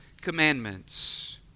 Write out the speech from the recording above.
commandments